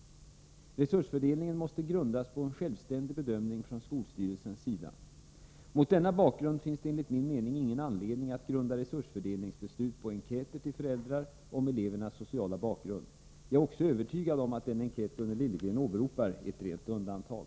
Resursfördelningen måste grundas på en självständig bedömning från skolstyrelsens sida. Mot denna bakgrund finns det enligt min mening ingen anledning att grunda resursfördelningsbeslut på enkäter till föräldrar om elevernas sociala bakgrund. Jag är också övertygad om att den enkät Gunnel Liljegren åberopar är ett rent undantag.